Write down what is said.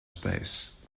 space